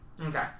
Okay